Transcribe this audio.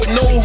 no